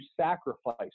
sacrifice